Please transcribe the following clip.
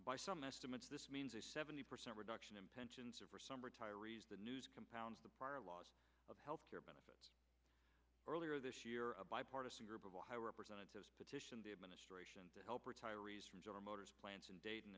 by some estimates this means a seventy percent reduction in pensions of some retirees the new compounds the prior laws of health care benefits earlier this year a bipartisan group of ohio representatives petitioned the administration to help retirees from general motors plants in da